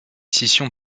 scission